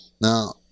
Now